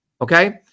Okay